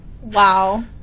Wow